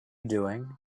doing